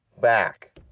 back